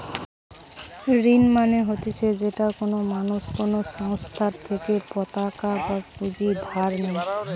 ঋণ মানে হতিছে যেটা কোনো মানুষ কোনো সংস্থার থেকে পতাকা বা পুঁজি ধার নেই